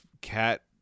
Cat